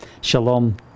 Shalom